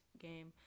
game